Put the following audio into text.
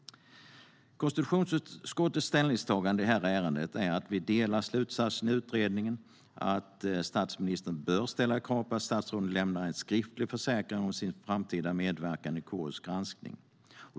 Konstitutionsutskottets ställningstagande i detta ärende är att vi delar slutsatserna i utredningen, alltså att statsministern bör ställa krav på att statsråden lämnar en skriftlig försäkran om sin framtida medverkan i KU:s granskning.